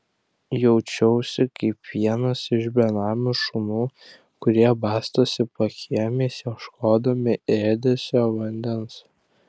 jaučiausi kaip vienas iš benamių šunų kurie bastosi pakiemiais ieškodami ėdesio vandens